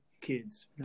kids